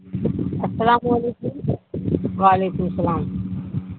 السلام علیکم وعلیکم السلام